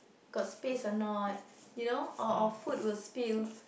got space or not you know or or food will spill